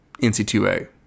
NC2A